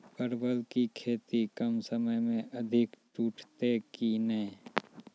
परवल की खेती कम समय मे अधिक टूटते की ने?